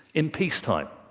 in peace time.